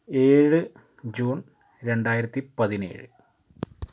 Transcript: ഏഴ് ജൂൺ രണ്ടായിരത്തി പതിനേഴ്